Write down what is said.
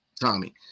Tommy